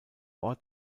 ort